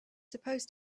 supposed